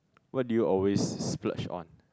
what do you always splurge on